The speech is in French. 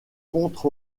contre